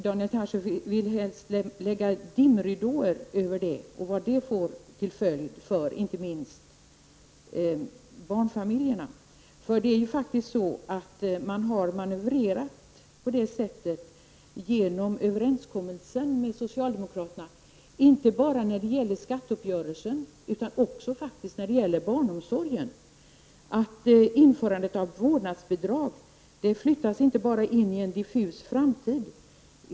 Daniel Tarschys vill helst lägga dimridåer i det avseendet. Det gäller då också vad det får till följd inte minst för barnfamiljerna. Genom överenskommelsen med socialdemokraterna har man faktiskt, och då inte bara när det gäller skatteuppgörelsen utan också när det gäller barnomsorgen, manövrerat så, att införandet av vårdnadsbidrag flyttas till en diffus framtid.